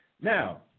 Now